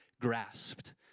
grasped